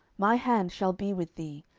my hand shall be with thee,